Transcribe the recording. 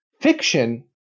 Fiction